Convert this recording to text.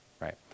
right